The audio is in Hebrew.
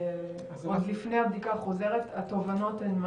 עוד לפני הבדיקה החוזרת מה הן התובנות?